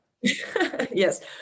yes